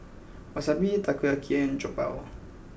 Wasabi Takoyaki and Jokbal